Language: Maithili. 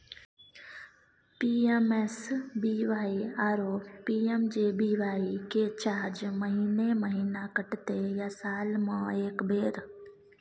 पी.एम.एस.बी.वाई आरो पी.एम.जे.बी.वाई के चार्ज महीने महीना कटते या साल म एक बेर?